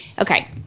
Okay